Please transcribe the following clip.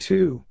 Two